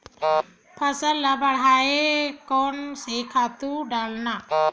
फसल ल बढ़ाय कोन से खातु डालन?